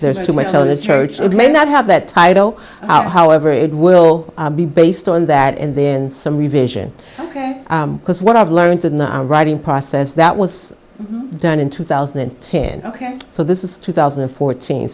there's too much of a church that may not have that title out however it will be based on that and then some revision because what i've learned in the writing process that was done in two thousand and ten ok so this is two thousand and fourteen